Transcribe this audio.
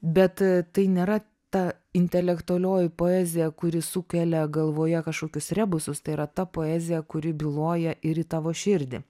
bet tai nėra ta intelektualioji poezija kuri sukelia galvoje kažkokius rebusus tai yra ta poezija kuri byloja ir į tavo širdį